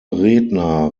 redner